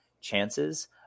chances